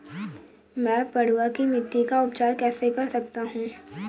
मैं पडुआ की मिट्टी का उपचार कैसे कर सकता हूँ?